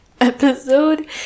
episode